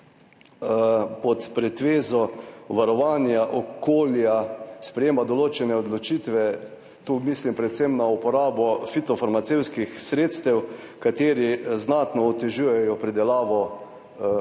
pod pretvezo varovanja okolja sprejema določene odločitve. Tu mislim predvsem na uporabo fitofarmacevtskih sredstev, kateri znatno otežujejo pridelavo hrane.